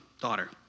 daughter